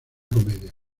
comedia